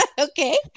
Okay